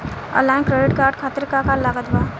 Online credit card खातिर का का लागत बा?